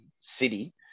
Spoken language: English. city